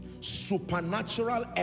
supernatural